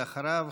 ואחריו,